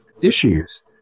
issues